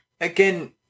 Again